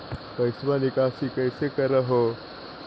पैसवा निकासी कैसे कर हो?